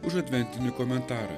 už adventinį komentarą